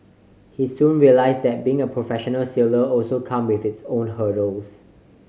he soon realised that being a professional sailor also came with its own hurdles